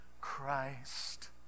Christ